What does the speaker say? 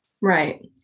Right